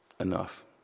enough